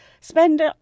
spend